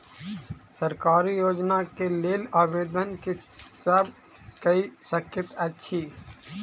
सरकारी योजना केँ लेल आवेदन केँ सब कऽ सकैत अछि?